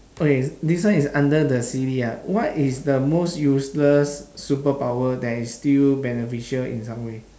okay this one is under the silly ah what is the most useless superpower that is still beneficial in some way